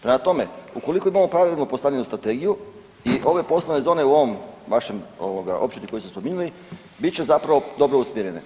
Prema tome, ukoliko imamo pravilno postavljenu strategiju i ove poslovne zone u ovom vašem općini koju ste spominjali bit će zapravo dobro usmjerene.